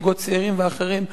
זוגות צעירים ואחרים,